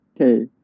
Okay